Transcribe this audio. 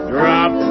Drop